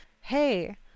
hey